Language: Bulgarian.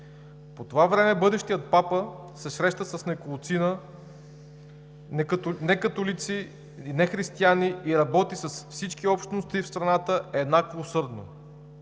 По това време бъдещият папа се среща с неколцина не-католици и не-християни и работи с всички общности в страната еднакво усърдно.